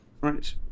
Right